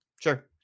Sure